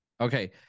okay